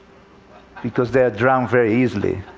because they are drowned very easily.